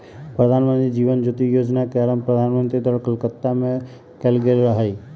प्रधानमंत्री जीवन ज्योति बीमा जोजना के आरंभ प्रधानमंत्री द्वारा कलकत्ता में कएल गेल रहइ